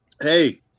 Hey